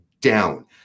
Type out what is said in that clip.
down